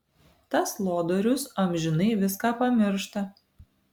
tas lodorius amžinai viską pamiršta